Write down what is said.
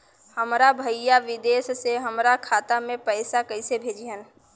हमार भईया विदेश से हमारे खाता में पैसा कैसे भेजिह्न्न?